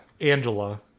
Angela